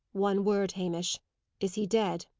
one word, hamish is he dead?